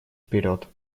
вперед